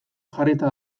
jarrita